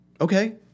Okay